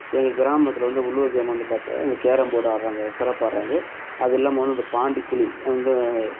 எங்கள் கிராமத்தில் வந்து உள்ளூர் கிராமம் வந்து பார்த்தா இந்த கேரம் போடு ஆடுறாங்க சிறப்பாக ஆடுறாங்க அது இல்லாமல் வந்து இந்த பாண்டி குழி வந்து